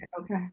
Okay